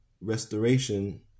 restoration